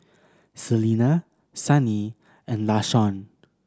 Celina Sunny and Lashawn